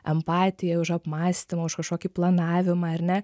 empatiją už apmąstymą už kažkokį planavimą ar ne